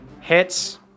hits